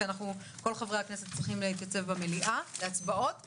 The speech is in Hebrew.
כי כל חברי הכנסת צריכים להתייצב להצבעות במליאה.